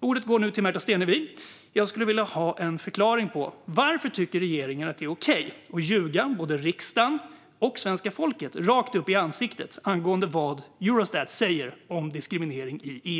Ordet går nu till Märta Stenevi. Jag skulle vilja ha en förklaring till varför regeringen tycker att det är okej att ljuga både riksdagen och svenska folket rakt upp i ansiktet när det gäller vad Eurostat säger om diskriminering i EU.